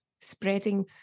spreading